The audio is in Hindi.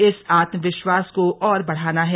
इस आत्मविश्वास को और बढ़ाना है